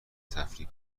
تفریح